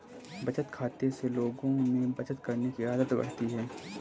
बचत खाते से लोगों में बचत करने की आदत बढ़ती है